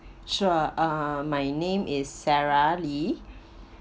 sure uh my name is sarah lee